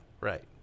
right